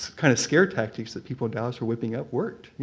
kind of scare tactics that people in dallas were whipping up worked.